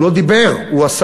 הוא לא דיבר, הוא עשה.